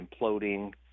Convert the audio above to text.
imploding